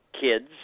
kids